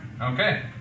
okay